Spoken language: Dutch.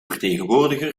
vertegenwoordiger